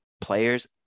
players